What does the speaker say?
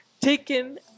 Taken